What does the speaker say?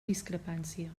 discrepància